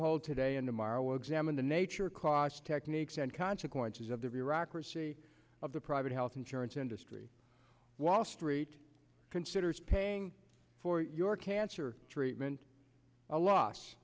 hold today and tomorrow will examine the nature cost techniques and consequences of the bureaucracy of the private health insurance industry wall street considers paying for your cancer treatment a loss